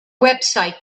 website